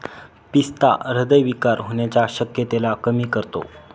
पिस्ता हृदय विकार होण्याच्या शक्यतेला कमी करतो